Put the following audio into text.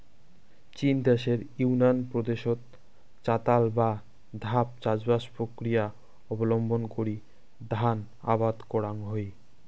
চীন দ্যাশের ইউনান প্রদেশত চাতাল বা ধাপ চাষবাস প্রক্রিয়া অবলম্বন করি ধান আবাদ করাং হই